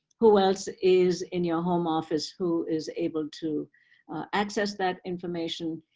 who else is in your home office who is able to access that information?